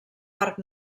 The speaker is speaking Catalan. parc